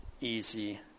easy